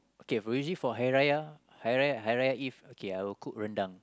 okay usually for Hari-Raya Hari-Raya eve I will cook rendang